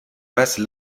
masses